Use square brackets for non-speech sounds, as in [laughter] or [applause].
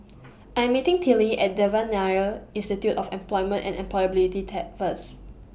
I'm meeting Tillie At Devan Nair Institute of Employment and Employability [unintelligible] First